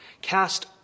Cast